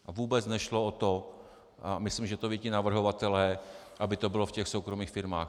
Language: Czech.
A vůbec nešlo o to, a myslím, že to vědí i navrhovatelé, aby to bylo v soukromých firmách.